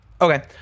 Okay